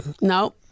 No